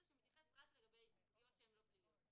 שמתייחס רק לגבי פגיעות שהן לא פליליות,